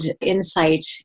insight